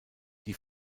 die